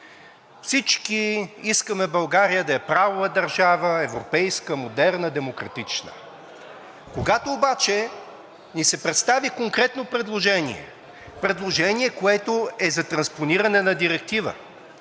всички искаме България да е правова държава, европейска, модерна и демократична. Когато обаче ни се представи конкретно предложение – предложение, което е за транспониране на директива,